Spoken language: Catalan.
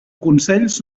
consells